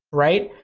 right?